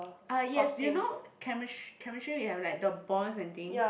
ah yes do you know Chemistry Chemistry we have like the bonds and thing